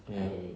ya